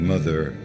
mother